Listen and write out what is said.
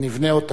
ונבנה אותה.